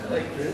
בבקשה.